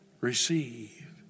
receive